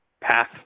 path